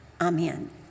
Amen